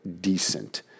decent